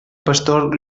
pastor